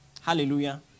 Hallelujah